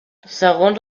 segons